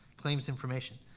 claims information.